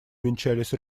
увенчались